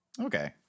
Okay